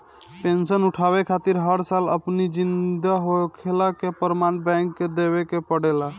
pension उठावे खातिर हर साल अपनी जिंदा होखला कअ प्रमाण बैंक के देवे के पड़ेला